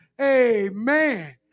Amen